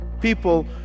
People